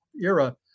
era